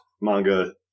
manga